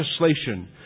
legislation